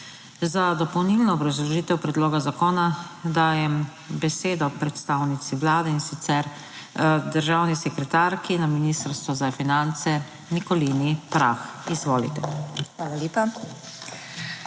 Za dopolnilno obrazložitev predloga zakona dajem besedo predstavnici Vlade, in sicer državni sekretarki na Ministrstvu za finance, Nikolini Prah. Izvolite. **NIKOLINA